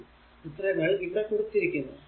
ഉത്തരങ്ങൾ ഇവിടെ കൊടുത്തിരിക്കുന്നു